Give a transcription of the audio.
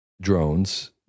drones